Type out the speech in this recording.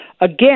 again